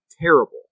terrible